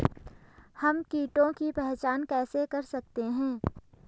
हम कीटों की पहचान कैसे कर सकते हैं?